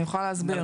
אני יכולה להסביר.